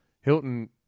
Hilton